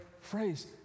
phrase